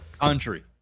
Country